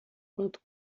quanto